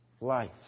Life